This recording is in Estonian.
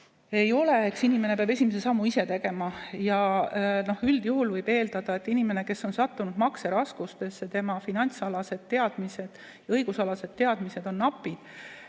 ei ole. Inimene peab esimese sammu ise tegema. Üldjuhul võib eeldada, et inimesel, kes on sattunud makseraskustesse, on finantsalased teadmised ja õigusalased teadmised napid.